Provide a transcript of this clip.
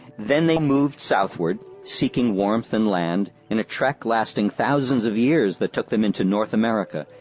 then they moved southward, seeking warmth and land, in a trek lasting thousands of years that took them into north america,